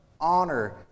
honor